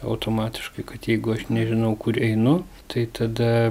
automatiškai kad jeigu aš nežinau kur einu tai tada